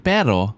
Pero